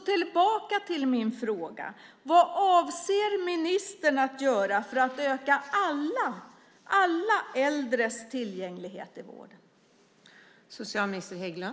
Tillbaka till min fråga: Vad avser ministern att göra för att öka alla äldres tillgänglighet i vården?